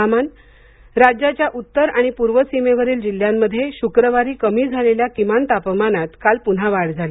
हवामान राज्याच्या उत्तर आणि पूर्व सीमेवरिल जिल्ह्यांमध्ये शुक्रवारी कमी झालेल्या किमान तापमानात काल पुन्हा वाढ झाली झाली